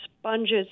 sponges